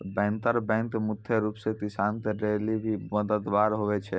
banker bank मुख्य रूप से किसान के लेली भी मददगार हुवै छै